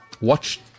Watch